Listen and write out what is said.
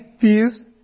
views